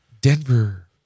Denver